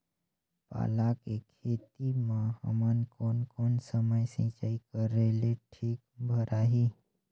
पाला के खेती मां हमन कोन कोन समय सिंचाई करेले ठीक भराही?